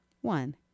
One